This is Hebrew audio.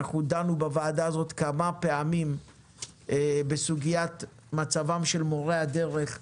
אנחנו דנו בוועדה הזאת כמה פעמים בסוגיית מצבם של מורי הדרך,